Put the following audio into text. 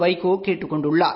வைகோ கேட்டுக் கொண்டுள்ளார்